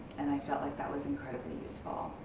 and i felt like that was incredibly useful.